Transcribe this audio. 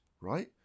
right